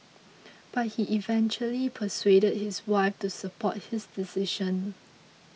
but he eventually persuaded his wife to support his decision